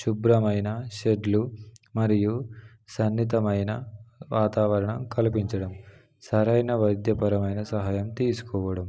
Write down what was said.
శుభ్రమైన షెడ్లు మరియు సన్నిహితమైన వాతావరణం కల్పించడం సరైన వైద్యపరమైన సహాయం తీసుకోవడం